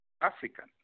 African